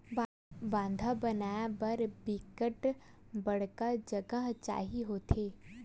बांधा बनाय बर बिकट बड़का जघा चाही होथे